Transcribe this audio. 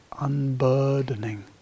unburdening